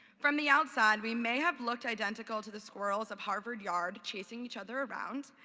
from the outside we may have looked identical to the squirrels of harvard yard chasing each other around,